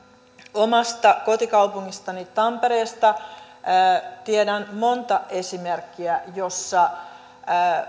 omasta kotikaupungistani tampereelta tiedän monta esimerkkiä joissa